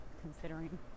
considering